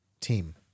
team